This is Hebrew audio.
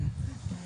כן.